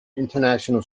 international